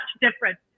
different